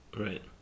Right